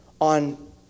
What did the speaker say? on